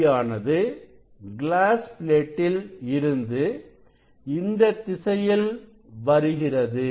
ஒளியானது கிளாஸ் பிளேட்டில் இருந்து இந்த திசையில் வருகிறது